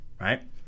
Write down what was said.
Right